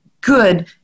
good